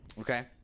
Okay